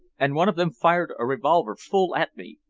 and one of them fired a revolver full at me.